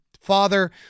father